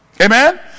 Amen